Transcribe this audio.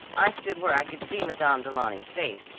i stood where i could see madame du launy's face,